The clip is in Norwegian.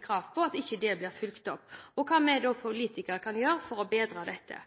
krav på, at det ikke blir fulgt opp. Spørsmålet er da hva vi som politikere kan gjøre for å bedre dette.